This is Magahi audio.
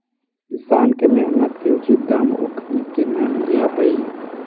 किसान के मेहनत के उचित दाम ओखनी के न मिलऽ हइ